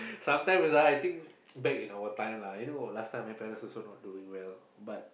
sometimes lah I think back in our time lah you know last time my parents also not doing well but